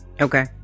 Okay